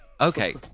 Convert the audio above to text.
okay